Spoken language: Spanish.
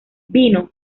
vino